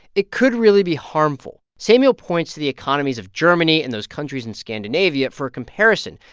it could really be harmful samuel points to the economies of germany and those countries in scandinavia for comparison.